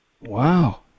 Wow